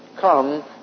come